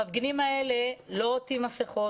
המפגינים האלה לא עוטים מסכות.